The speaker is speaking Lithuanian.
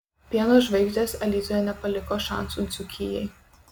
pieno žvaigždės alytuje nepaliko šansų dzūkijai